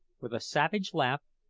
with a savage laugh,